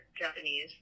Japanese